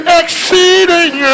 exceeding